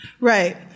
right